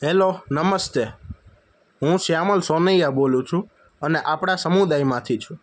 hello નમસ્તે હું શ્યામલ સોનૈયા બોલું છું અને આપણા સમુદાયમાંથી છું